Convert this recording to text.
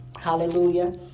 Hallelujah